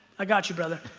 i got you brother.